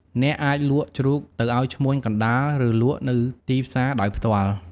អ្នកអាចលក់ជ្រូកទៅឲ្យឈ្មួញកណ្តាល ឬលក់នៅទីផ្សារដោយផ្ទាល់។